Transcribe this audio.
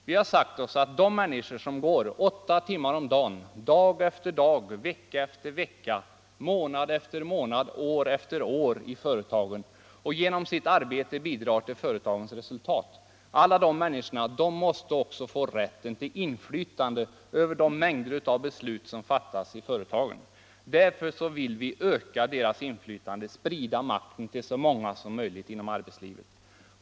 Vi har sagt oss att alla de människor, som åtta timmar om dagen — dag efter dag, vecka efter vecka, månad efter månad, år efter år — jobbar i företagen och genom sitt arbete bidrar till företagens resultat, också måste få rätt till inflytande över de mängder av beslut som fattas i företagen. Därför vill vi öka deras inflytande och sprida makten till så många som möjligt inom arbetslivet.